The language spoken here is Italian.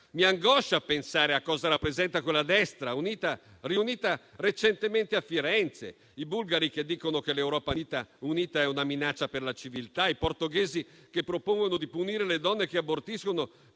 Mi angoscia pensare a cosa rappresenta quella destra, riunitasi recentemente a Firenze; i bulgari che dicono che l'Europa unita è una minaccia per la civiltà e i portoghesi che propongono di punire le donne che abortiscono,